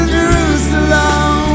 Jerusalem